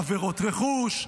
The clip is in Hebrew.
עבירות רכוש,